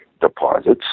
deposits